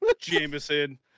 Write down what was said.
Jameson